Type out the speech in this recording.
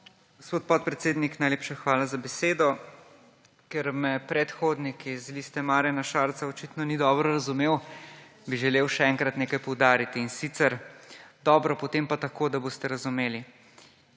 Gospod podpredsednik, najlepša hvala za besedo. Ker me predhodnik iz Liste Marjana Šarca očitno ni dobro razumel, bi želel še enkrat nekaj poudariti. In sicer dobro, potem pa tako, da boste razumeli.